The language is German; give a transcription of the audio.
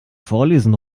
vorlesen